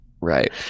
right